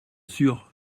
sûr